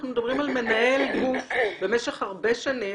אנחנו מדברים על מנהל גוף במשך הרבה שנים